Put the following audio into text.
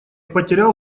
потерял